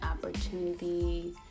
opportunity